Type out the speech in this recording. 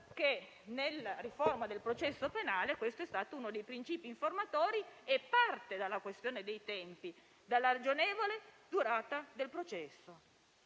che nella riforma del processo penale questo sia stato uno dei principi informatori e parte della questione dei tempi, della ragionevole durata del processo.